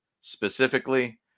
specifically